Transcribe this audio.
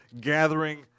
gathering